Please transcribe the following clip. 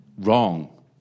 wrong